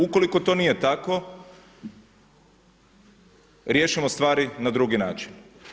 Ukoliko to nije tako riješimo stvari na drugi način.